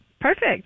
Perfect